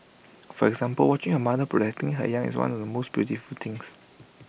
for example watching A mother protecting her young is one of the most beautiful things